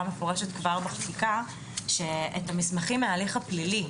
מפורשת כבר בחקיקה שאת המסמכים מההליך הפלילי